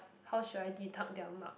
how should I deduct their mark